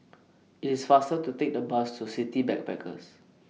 IT IS faster to Take The Bus to City Backpackers